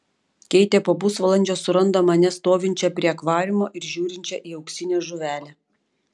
keitė po pusvalandžio suranda mane stovinčią prie akvariumo ir žiūrinčią į auksinę žuvelę